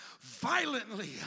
violently